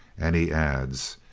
and he adds,